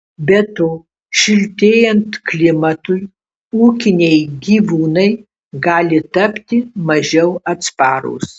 be to šiltėjant klimatui ūkiniai gyvūnai gali tapti mažiau atsparūs